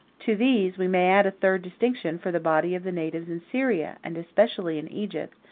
to these we may add a third distinction for the body of the natives in syria, and especially in egypt,